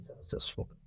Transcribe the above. successful